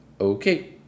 okay